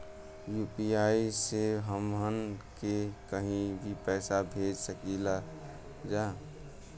UPI से हमहन के कहीं भी पैसा भेज सकीला जा?